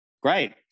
great